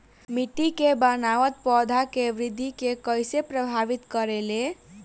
मिट्टी के बनावट पौधन के वृद्धि के कइसे प्रभावित करे ले?